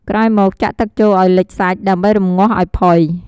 ក្រោយមកចាក់ទឹកចូលឱ្យលិចសាច់ ដើម្បីរម្ងាស់ឱ្យផុយ។